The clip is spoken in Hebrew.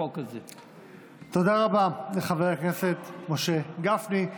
תודה רבה לחבר הכנסת משה גפני.